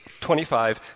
25